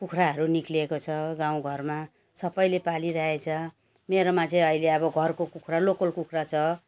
कुखुराहरू निस्किएको छ गाउँ घरमा सबैले पालिरहेको छ मेरोमा चाहिँ अहिले अब घरको कुखुरा लोकल कुखुरा छ